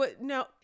no